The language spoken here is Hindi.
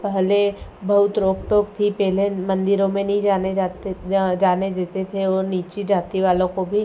पहले बहुत रोक टोक थी पहले मंदिरों में नहीं जाने जाते जाने देते थे और नीची जाति वालों को भी